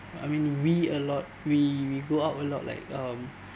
I mean we a lot we we go out a lot like um